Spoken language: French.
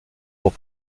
pour